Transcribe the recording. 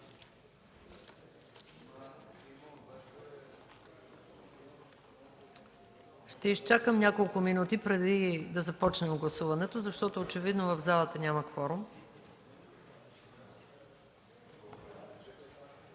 Ще изчакам няколко минути преди да започнем гласуването, защото очевидно в залата няма кворум.